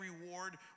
reward